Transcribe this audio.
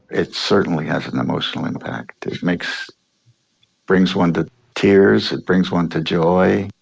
it certainly has an emotional impact. it makes brings one to tears. it brings one to joy.